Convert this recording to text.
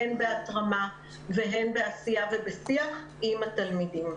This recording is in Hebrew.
הן בהתרמה והן בעשייה ובשיח עם התלמידים.